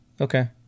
Okay